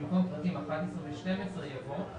במקום פרטים 11 ו-12 יבוא: